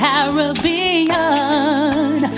Caribbean